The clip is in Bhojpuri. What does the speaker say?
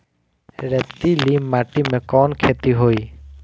रेतीली माटी में कवन खेती होई?